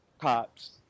cops